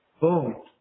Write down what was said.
Boom